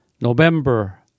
November